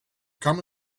come